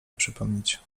przypomnieć